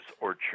orchard